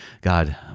God